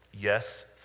Yes